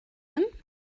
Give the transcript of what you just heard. him